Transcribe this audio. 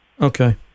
Okay